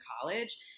college